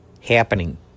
happening